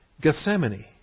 Gethsemane